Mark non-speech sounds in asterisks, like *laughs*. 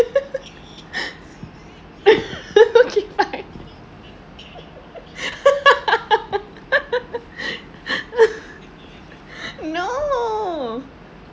*laughs* no